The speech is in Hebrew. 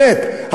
באמת,